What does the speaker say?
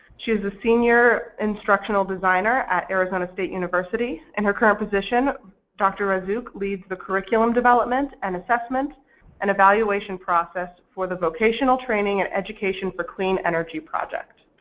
she is the senior instructional designer at arizona state university. in her current position dr. razzouk leads the curriculum development and assessment and evaluation process for the vocational vocational training and education for clean energy project.